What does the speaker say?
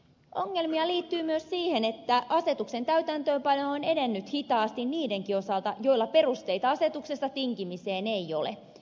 ongelmia liittyy myös siihen että asetuksen täytäntöönpano on edennyt hitaasti niidenkin osalta joilla perusteita asetuksesta tinkimiseen ei ole